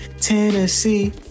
Tennessee